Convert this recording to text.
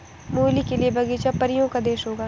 मूली के लिए बगीचा परियों का देश होगा